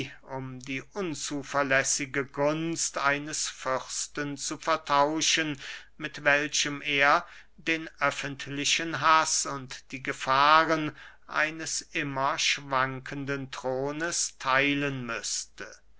um die unzuverlässige gunst eines fürsten zu vertauschen mit welchem er den öffentlichen haß und die gefahren eines immer schwankenden thrones theilen müßte